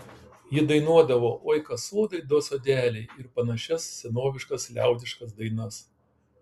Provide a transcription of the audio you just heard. ji dainuodavo oi kas sodai do sodeliai ir panašias senoviškas liaudiškas dainas